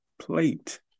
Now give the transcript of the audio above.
plate